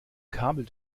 kabel